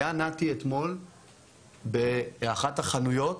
היה נתי אתמול באחת החנויות